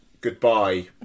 goodbye